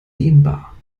dehnbar